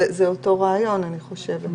זה אותו רעיון לדעתי.